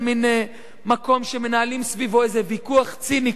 מין מקום שמנהלים סביבו איזה ויכוח ציני,